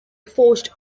forged